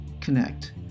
connect